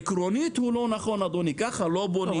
עקרונית הוא לא נכון, ככה לא בונים חברה.